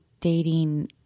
dating